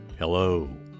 Hello